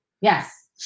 Yes